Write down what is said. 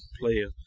player